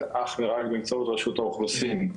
זה אך ורק באמצעות רשות האוכלוסין.